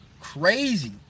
Crazy